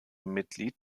mitglied